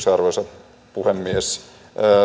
arvoisa puhemies kun